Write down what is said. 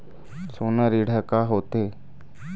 सोना ऋण हा का होते?